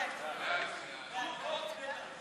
התשע"ח 2017, לוועדת החוקה,